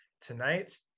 Tonight